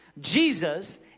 Jesus